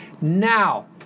Now